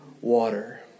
water